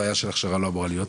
בעיה של הכשרה לא אמורה להיות.